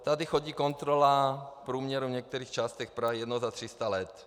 Tady chodí kontrola v průměru v některých částech Prahy jednou za tři sta let.